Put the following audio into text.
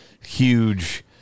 huge